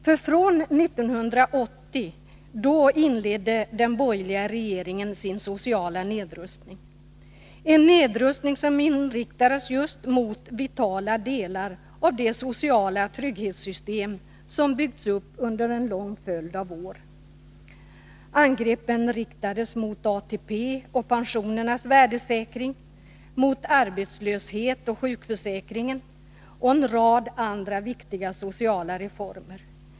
För 1980 inledde den borgerliga regeringen sin sociala nedrustning — en nedrustning som inriktades just mot vitala delar av det sociala trygghetssystem som byggts upp under en lång följd av år. Angreppen riktades mot ATP och pensionernas värdesäkring, mot arbetslöshetsoch sjukförsäkringen och mot en rad andra viktiga sociala reformer.